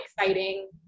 exciting